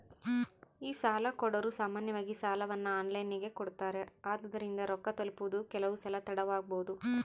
ಈ ಸಾಲಕೊಡೊರು ಸಾಮಾನ್ಯವಾಗಿ ಸಾಲವನ್ನ ಆನ್ಲೈನಿನಗೆ ಕೊಡುತ್ತಾರೆ, ಆದುದರಿಂದ ರೊಕ್ಕ ತಲುಪುವುದು ಕೆಲವುಸಲ ತಡವಾಬೊದು